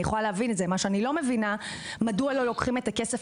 מה שאני לא מבינה זה מדוע לא לוקחים את הכסף